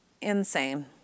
Insane